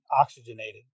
oxygenated